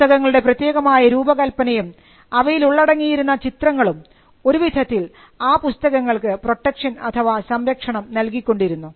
പുസ്തകങ്ങളുടെ പ്രത്യേകമായ രൂപകൽപ്പനയും അവയിലുള്ളടങ്ങിയിരുന്ന ചിത്രങ്ങളും ഒരു വിധത്തിൽ ആ പുസ്തകങ്ങൾക്ക് പ്രൊട്ടക്ഷൻ അഥവാ സംരക്ഷണം നൽകിക്കൊണ്ടിരുന്നു